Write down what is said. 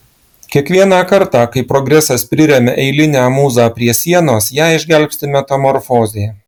kiekvieną kartą kai progresas priremia eilinę mūzą prie sienos ją išgelbsti metamorfozė